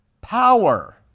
power